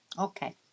Okay